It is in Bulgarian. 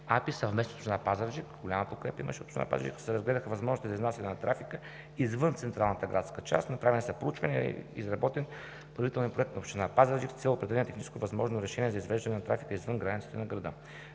АПИС съвместно с община Пазарджик – голяма подкрепа имаше от община Пазарджик, се разгледаха възможностите за изнасяне на трафика извън централната градска част. Направени са проучвания и е изработен предварителен проект на община Пазарджик с цел определяне на техническо възможно решение за извеждане на трафика извън границите на града.